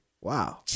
Wow